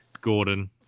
Gordon